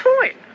point